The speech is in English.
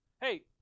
Hey